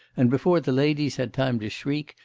and before the ladies had time to shriek,